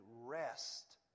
rest